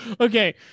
Okay